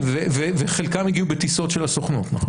וחלקם הגיעו בטיסות של הסוכנות, נכון?